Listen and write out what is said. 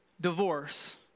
divorce